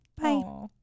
Bye